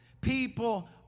people